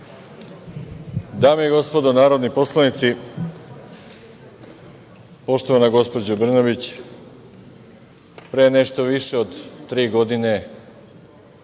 Dame i gospodo narodni poslanici, poštovana gospođo Brnabić, pre nešto više od tri godine